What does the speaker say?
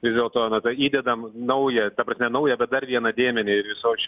ir dėl to na da įdedam naują ta prasme naują bet dar vieną dėmenį visoj